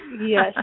Yes